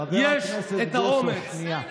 חבר הכנסת בוסו, שנייה.